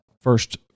first